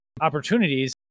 opportunities